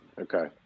Okay